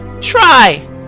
try